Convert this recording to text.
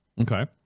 Okay